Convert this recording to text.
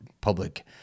public